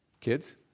Kids